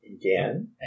again